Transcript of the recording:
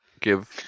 give